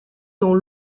dans